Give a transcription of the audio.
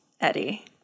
Eddie